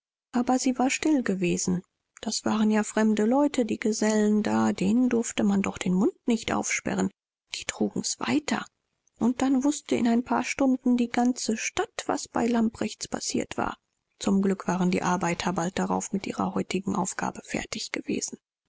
aber sie war still gewesen das waren ja fremde leute die gesellen da denen durfte man doch den mund nicht aufsperren die trugen's weiter und dann wußte in ein paar stunden die ganze stadt was bei lamprechts passiert war zum glück waren die arbeiter bald darauf mit ihrer heutigen aufgabe fertig gewesen